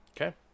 Okay